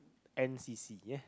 n_c_c eh